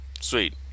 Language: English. sweet